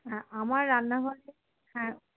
হ্যাঁ আমার রান্নাঘরে হ্যাঁ